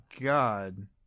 god